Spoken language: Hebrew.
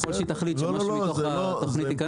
ככל שהיא תחליט שמשהו מתוך התוכנית ייכנס.